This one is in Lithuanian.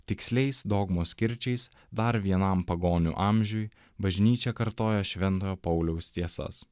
tiksliais dogmos kirčiais dar vienam pagonių amžiuj bažnyčia kartoja šventojo pauliaus tiesas